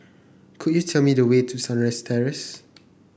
could you tell me the way to Sunrise Terrace